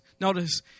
Notice